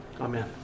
Amen